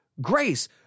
grace